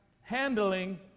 Handling